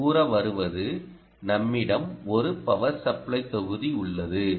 நாம் கூறவருவது நம்மிடம் ஒரு பவர் சப்ளை தொகுதி உள்ளது